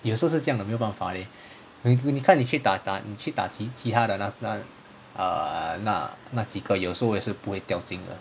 有时候是这样的没有办法 leh 你你看去打打你去打打其他的那那 err 那那几个有时候他也是不会掉新的